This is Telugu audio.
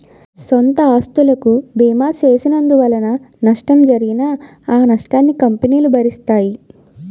సొంత ఆస్తులకు బీమా చేసినందువలన నష్టం జరిగినా ఆ నష్టాన్ని కంపెనీలు భరిస్తాయి